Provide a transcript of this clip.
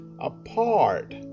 apart